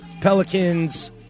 Pelicans